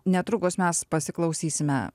netrukus mes pasiklausysime